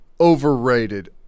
Overrated